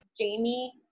Jamie